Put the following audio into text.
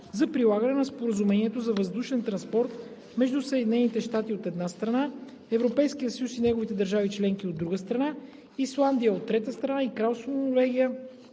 за прилагане на Споразумението за въздушен транспорт между Съединените американски щати, от една страна, Европейския съюз и неговите държави членки, от друга страна, Исландия, от трета страна, и Кралство Норвегия,